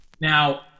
Now